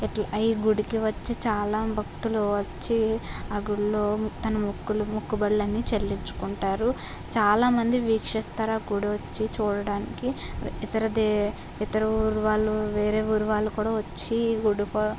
అట్లా ఈ గుడికి వచ్చి చాలా భక్తులు వచ్చి ఆ గుళ్ళో తన మొక్కులు మొక్కుబడులన్నీ చెల్లించుకుంటారు చాలా మంది వీక్షిస్తారు ఆ గుడి వచ్చి చూడటానికి ఇతర దేశ ఇతర ఊరువాళ్ళు వేరే ఊరు వాళ్ళు కూడా వచ్చి గుడి కో